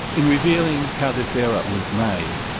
in revealing how this error was made,